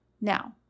Now